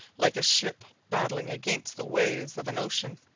like a ship battling against the waves of an ocean.